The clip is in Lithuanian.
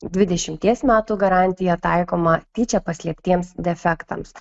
dvidešimties metų garantija taikoma tyčia paslėptiems defektams